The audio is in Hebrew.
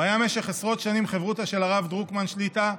הוא היה במשך עשרות שנים חברותא של הרב דרוקמן שליט"א,